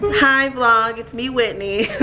hi vlog, it's me whitney.